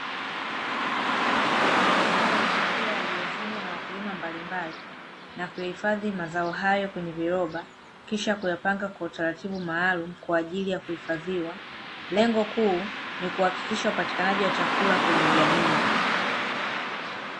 Mazao ya chakula yaliyovunwa na wakulima mbalimbali na kuyahifadhi mazao hayo kwenye viroba, kisha kuyapanga kwa utaratibu maalumu, kwa ajili ya kuhifadhiwa. Lengo kuu ni kuhakikisha upatikanaji wa chakula kwenye jamii.